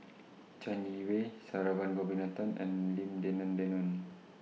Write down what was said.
Chai Yee Wei Saravanan Gopinathan and Lim Denan Denon